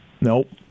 Nope